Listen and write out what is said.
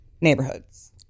neighborhoods